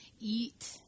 eat